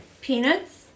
Peanuts